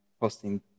posting